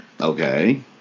Okay